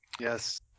Yes